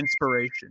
inspiration